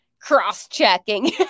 cross-checking